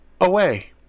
away